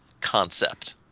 concept